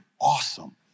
awesome